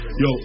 yo